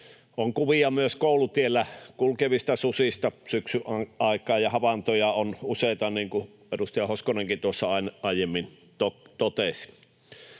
On kuvia myös koulutiellä kulkevista susista syksyn aikaan, ja havaintoja on useita, niin kuin edustaja Hoskonenkin tuossa aiemmin totesi.